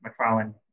McFarlane